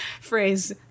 phrase